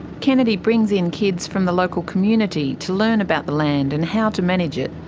kennedy brings in kids from the local community to learn about the land and how to manage it.